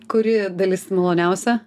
kuri dalis maloniausia